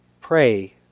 pray